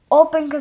open